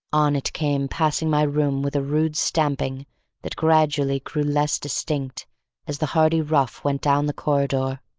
on it came, passing my room with a rude stamping that gradually grew less distinct as the hardy rough went down the corridor,